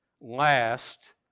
last